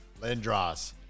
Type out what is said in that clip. Lindros